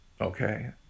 okay